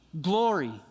glory